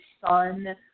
son